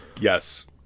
Yes